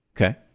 Okay